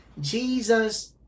Jesus